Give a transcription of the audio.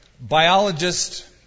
biologist